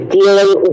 dealing